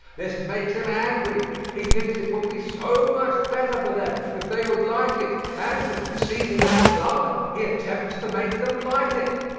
this makes him angry he thinks it would be so much better for them if they would like it, and, seizing a club, he attempts to make them like it.